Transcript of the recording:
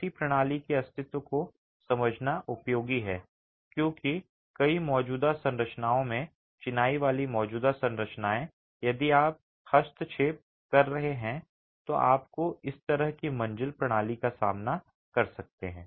ऐसी प्रणाली के अस्तित्व को समझना उपयोगी है क्योंकि कई मौजूदा संरचनाओं में चिनाई वाली मौजूदा संरचनाएं यदि आप हस्तक्षेप कर रहे हैं तो आप इस तरह की मंजिल प्रणाली का सामना कर सकते हैं